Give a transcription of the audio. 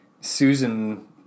Susan